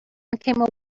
came